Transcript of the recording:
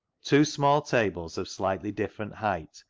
two small tables of slightly different height,